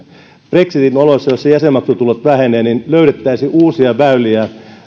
brexitin oloissa joissa jäsenmaksutulot vähenevät löydettäisiin uusia väyliä